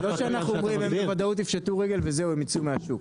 זה לא שאנחנו אומרים הם בוודאות יפשטו רגל וזהו הם יצאו מהשוק.